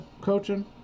coaching